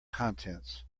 contents